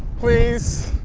please!